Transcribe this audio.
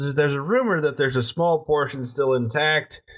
there's there's a rumor that there's a small portion still intact,